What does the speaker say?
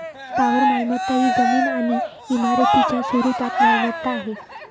स्थावर मालमत्ता ही जमीन आणि इमारतींच्या स्वरूपात मालमत्ता आहे